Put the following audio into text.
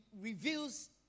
reveals